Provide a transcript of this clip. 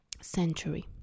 century